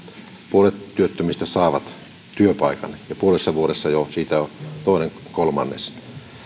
puolet työttömistä saa työpaikan ja puolessa vuodessa jo siitä toinen kolmannes